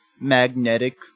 magnetic